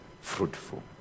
fruitful